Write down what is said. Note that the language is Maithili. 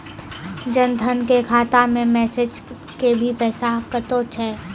जन धन के खाता मैं मैसेज के भी पैसा कतो छ?